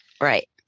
Right